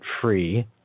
free